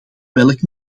welk